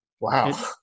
Wow